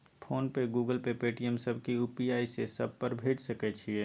Phone पे, Google Pay, Paytm, सब के UPI से सब पर भेज सके छीयै?